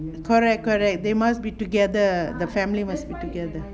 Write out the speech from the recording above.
correct correct they must be together the family must be together